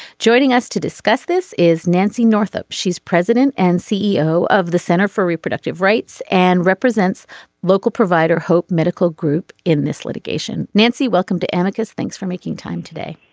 joining us to discuss this is nancy northup. she's president and ceo of the center for reproductive rights and represents local provider hope medical group in this litigation. nancy welcome to anarchists. thanks for making time today